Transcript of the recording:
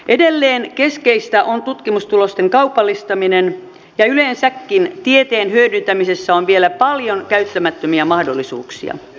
edelleen keskeistä on tutkimustulosten kaupallistaminen ja yleensäkin tieteen hyödyntämisessä on vielä paljon käyttämättömiä mahdollisuuksia